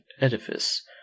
edifice